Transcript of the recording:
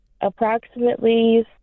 approximately